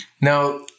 Now –